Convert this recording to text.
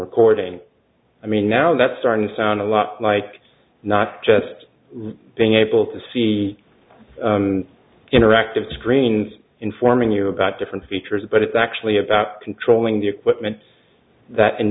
recording i mean now that's starting to sound a lot like not just being able to see interactive screens informing you about different features but it's actually about controlling the equipment that